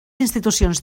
institucions